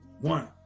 one